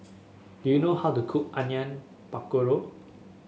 do you know how to cook Onion Pakora